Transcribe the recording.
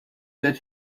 that